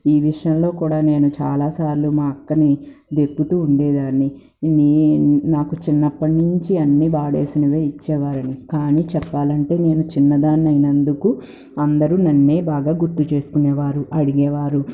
ఈ విషయంలో కూడా నేను చాలాసార్లు మా అక్కని దెప్పుతూ ఉండేదాన్ని నాకు చిన్నప్పటినుంచి అన్ని వాడేసినవే ఇచ్చేవారని కానీ చెప్పాలంటే నేను చిన్నదాన్నైనందుకు అందరూ నన్నే బాగా గుర్తు చేసుకునేవారు అడిగేవారు